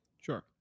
Sure